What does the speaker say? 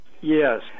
Yes